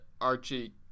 Archie